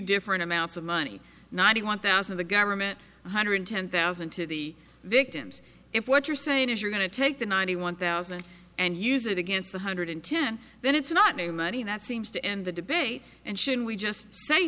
different amounts of money ninety one thousand of the government one hundred ten thousand to the victims if what you're saying is you're going to take the ninety one thousand and use it against one hundred ten then it's not a money that seems to end the debate and should we just say